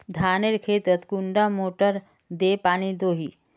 धानेर खेतोत कुंडा मोटर दे पानी दोही?